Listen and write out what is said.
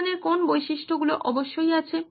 সমাধানের কোন্ বৈশিষ্ট্যগুলো অবশ্যই আছে